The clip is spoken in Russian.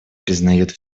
признает